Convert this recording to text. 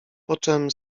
poczem